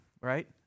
right